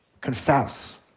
confess